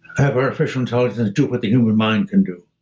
have artificial intelligence do what the human mind can do.